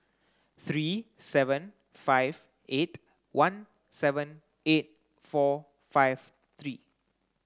three seven five eight one seven eight four five three